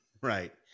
Right